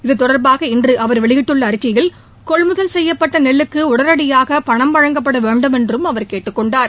இது தொடர்பாக இன்று அவர் வெளியிட்டுள்ள அறிக்கையில் கொள்முதல் செய்யப்பட்ட நெல்லுக்கு உடனடியாக பணம் வழங்கப்பட வேண்டுமென்றும் கேட்டுக் கொண்டுள்ளார்